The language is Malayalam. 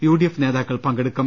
യു ഡി എഫ് നേതാക്കൾ പങ്കെടുക്കും